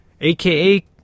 AKA